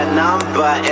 number